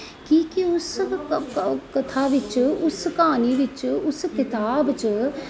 कि के उस कताब च उस क्हानी च उस कताब च